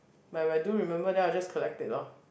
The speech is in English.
but if I do remember then I'll just collect it lor